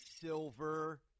Silver